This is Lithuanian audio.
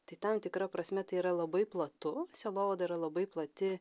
tai tam tikra prasme tai yra labai platu sielovada yra labai plati